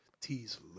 T's